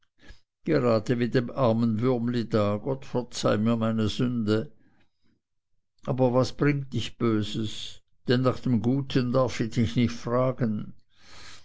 gerade wie dem armen würmli da gott verzeih mir meine sünde aber was bringt dich böses denn nach dem guten darf ich dich nicht fragen